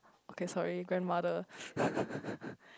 okay sorry grandmother